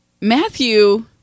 Matthew